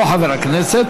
לא חבר הכנסת.